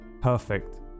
perfect